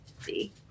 see